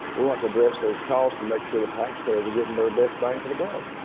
we want to address those costs and make sure the taxpayers are getting their best bang for the buck.